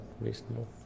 reasonable